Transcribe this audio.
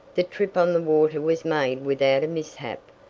the trip on the water was made without a mishap,